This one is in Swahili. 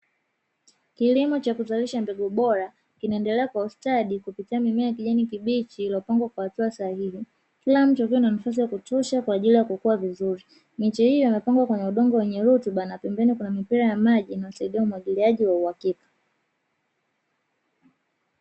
Kilimo cha kuzalisha mbegu bora kinaendelea kwa ustadi kupitia mimea ya kijani kibichi iliopangwa kwa hatua sahihi. Kila mche ukiwa na nafasi ya kutosha kwa ajili ya kukua vizuri. Miche hiyo imepangwa kwenye udongo wenye rutuba na pembeni kuna mipira ya maji inayosaidia umwagiliaji wa uhakika.